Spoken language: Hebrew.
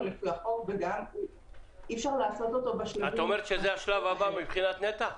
לפי החוק וגם אי אפשר לעשות אותו בשלבים --- זה השלב הבא של נת"ע?